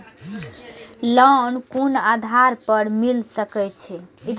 Loan कोन आधार पर मिल सके छे?